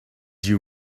you